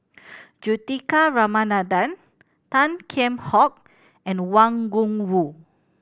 Juthika Ramanathan Tan Kheam Hock and Wang Gungwu